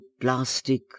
plastic